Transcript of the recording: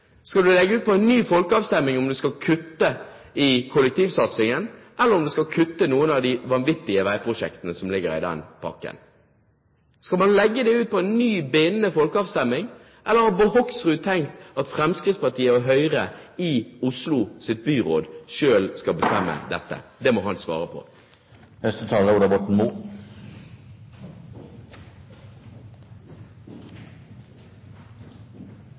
skal øke bompengeprisene? Skal man legge ut til folkeavstemning om man skal kutte i kollektivsatsingen, eller om man skal kutte i noen av de vanvittige veiprosjektene som ligger i denne pakken? Skal man legge dette ut til en bindende folkeavstemning, eller har Bård Hoksrud tenkt at Fremskrittspartiet og Høyre i Oslos byråd selv skal bestemme dette? Det må han svare på. Det har vært noen korte variasjoner over temaet «bindende folkeavstemninger». Lokalt er